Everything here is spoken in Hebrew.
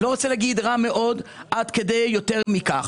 אני לא רוצה להגיד רע מאוד עד כדי יותר מכך.